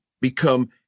become